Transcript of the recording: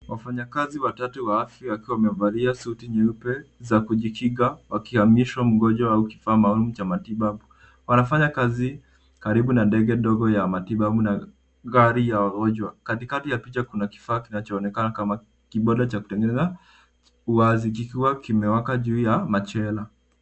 Wafanyakazi watatu wa afya wakiwa wamevalia suti nyeupe za kujikinga wakihamisha mgonjwa au kifaa maalum cha matibabu. Wanafanya kazi karibu na ndege ndogo ya matibabu na gari ya wagonjwa. Katikati ya picha kuna kifaa kinachoonekana kama kiboda cha kutengeneza uwazi kikiwa kimewaka juu ya machela.